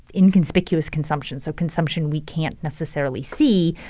inconspicuous consumption, so consumption we can't necessarily see,